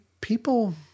people